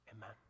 Amen